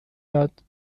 یاد